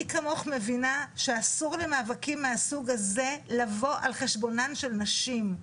מי כמוך מבינה שאסור למאבקים מהסוג הזה לבוא על חשבונן של נשים.